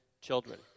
children